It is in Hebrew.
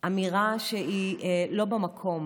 אמירה שהיא לא במקום.